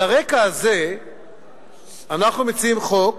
על הרקע הזה אנחנו מציעים חוק